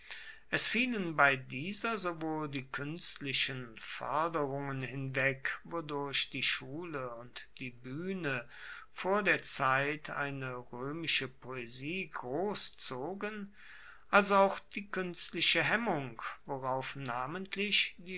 es fielen bei dieser sowohl die kuenstlichen foerderungen hinweg wodurch die schule und die buehne vor der zeit eine roemische poesie grosszogen als auch die kuenstliche hemmung worauf namentlich